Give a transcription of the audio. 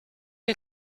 les